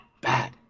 bad